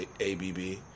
ABB